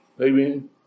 Amen